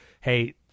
hey